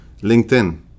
LinkedIn